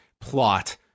plot